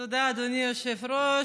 תודה, אדוני היושב-ראש.